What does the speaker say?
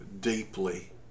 deeply